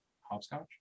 Hopscotch